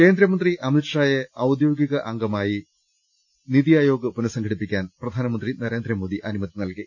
കേന്ദ്രമന്ത്രി അമിത്ഷായെ ഔദ്യോഗിക അംഗമാക്കി നിതി ആയോഗ് പുനസംഘടിപ്പിക്കാൻ പ്രധാനമന്ത്രി നരേന്ദ്രമോദി അനു മതി നൽകി